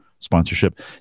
Sponsorship